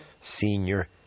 senior